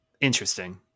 Interesting